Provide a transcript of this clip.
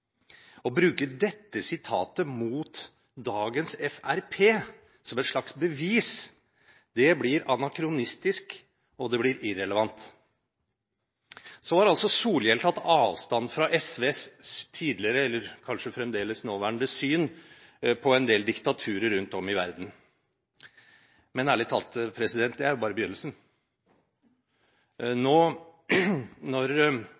Å bruke dette sitatet mot dagens Fremskrittspartiet som et slags bevis, blir anakronistisk og det blir irrelevant. Så har altså Solhjell tatt avstand fra SVs tidligere – eller kanskje fremdeles nåværende – syn på en del diktaturer rundt om i verden. Men ærlig talt: Det er jo bare begynnelsen. Når